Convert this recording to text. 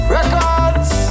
Records